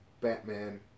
Batman